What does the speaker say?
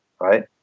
Right